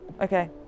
Okay